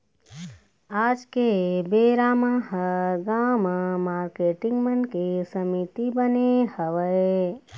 आज के बेरा म हर गाँव म मारकेटिंग मन के समिति बने हवय